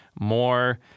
more